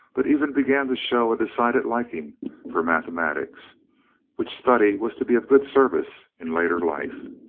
but even began to show a decided liking for mathematics which study was to be of good service in later life.